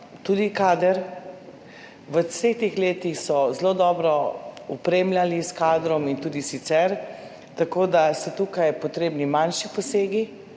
tudi kader. V vseh teh letih so zelo dobro opremljali s kadrom in tudi sicer, tako da so tukaj potrebni manjši posegi,